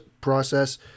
process